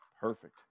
Perfect